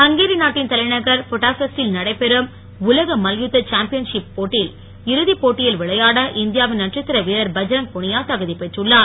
Hungary நாட்டின் தலைநகர் புடாபெஸ்ட்டில் நடைபெறும் உலக மல்யுத்த சாம்பியன் ஷப் பில் இறுதி போட்டியில் விளையாட இந்தியாவின் நட்சத்திர வீரர் பத்ரங் புனியா தகுதி பெற்றுள்ளார்